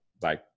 Bye